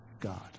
God